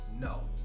No